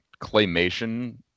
claymation